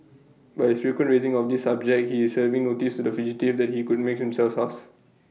by his frequent raising of this subject he is serving notice to the fugitive that he could make himself scarce